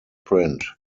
print